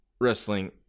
wrestling